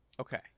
okay